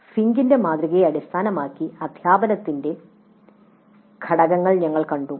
ഫിങ്കിന്റെ മാതൃകയെ അടിസ്ഥാനമാക്കി അധ്യാപനത്തിന്റെ ഘടകങ്ങൾ ഞങ്ങൾ കണ്ടു